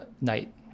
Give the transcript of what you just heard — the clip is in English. night